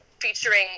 featuring